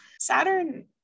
Saturn